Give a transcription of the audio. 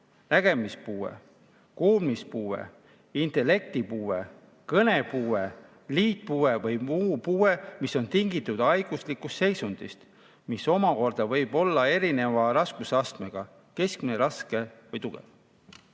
nägemispuue, kuulmispuue, intellektipuue, kõnepuue, liitpuue või muu puue, mis on tingitud haiguslikust seisundist, mis omakorda võib olla erineva raskusastmega: keskmine, raske või tugev. Nüüd